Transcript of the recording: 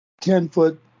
ten-foot